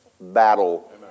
battle